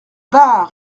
bah